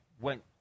went